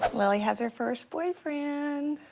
lily has her first boyfriend!